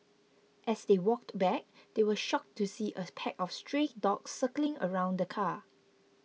as they walked back they were shocked to see a pack of stray dogs circling around the car